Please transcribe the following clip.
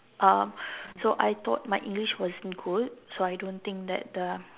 um so I thought my English wasn't good so I don't think that the